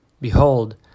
Behold